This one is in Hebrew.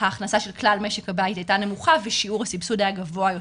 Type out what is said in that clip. ההכנסה של כלל משק הבית הייתה נמוכה ושיעור הסבסוד היה גבוה יותר.